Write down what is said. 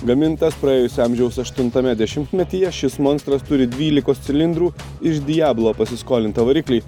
gamintas praėjusio amžiaus aštuntame dešimtmetyje šis monstras turi dvylikos cilindrų iš diablo pasiskolintą variklį